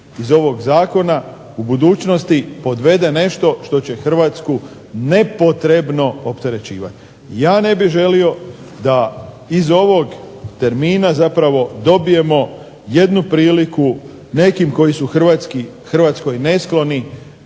iz ovog zakona u budućnosti podvede nešto što će Hrvatsku nepotrebno opterećivati. Ja ne bih želio da iz ovog termina zapravo dobijemo jednu priliku nekim koji su Hrvatskoj neskloni